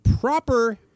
proper